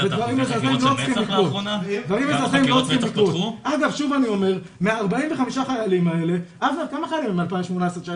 אגב, כמה חיילים הם מ-2018 2019?